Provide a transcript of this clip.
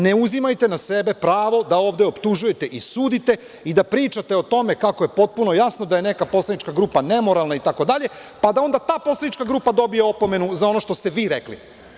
Ne uzimajte na sebe pravo da ovde optužujete i sudite i da pričate o tome kako je potpuno jasno da je neka poslanička grupa nemoralna itd, pa da onda ta poslanička grupa dobije opomenu za ono što ste vi rekli.